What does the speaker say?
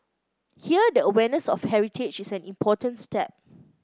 here the awareness of heritage is an important step